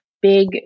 big